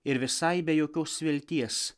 ir visai be jokios vilties